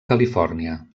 califòrnia